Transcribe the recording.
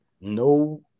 no